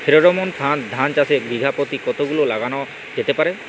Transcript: Pheromone ফাঁদ ধান চাষে বিঘা পতি কতগুলো লাগানো যেতে পারে?